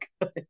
good